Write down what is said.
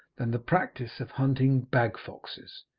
than the practice of hunting bag-foxes.